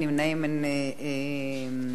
אין נמנעים.